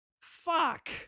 Fuck